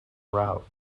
route